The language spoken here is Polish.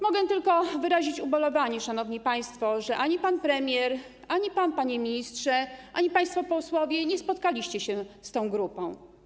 Mogę tylko wyrazić ubolewanie, szanowni państwo, że ani pan premier, ani pan, panie ministrze, ani państwo posłowie nie spotkaliście się z tą grupą.